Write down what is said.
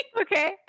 Okay